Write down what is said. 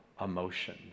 emotion